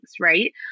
right